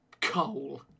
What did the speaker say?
coal